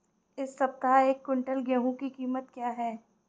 इस सप्ताह एक क्विंटल गेहूँ की कीमत क्या है?